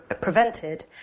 prevented